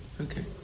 Okay